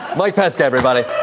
mike pesca everybody